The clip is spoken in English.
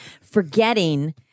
forgetting